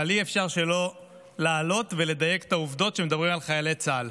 אבל אי-אפשר שלא לעלות ולדייק את העובדות כשמדברים על חיילי צה"ל.